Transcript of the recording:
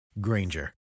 Granger